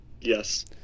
Yes